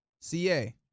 CA